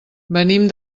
venim